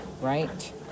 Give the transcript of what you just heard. right